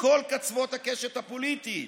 מכל קצוות הקשת הפוליטית,